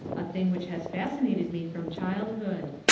a thing which has fascinated me from childhood.